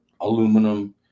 aluminum